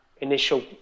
initial